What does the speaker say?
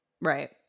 Right